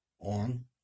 on